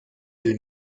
del